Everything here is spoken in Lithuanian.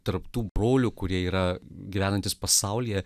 tarp tų brolių kurie yra gyvenantys pasaulyje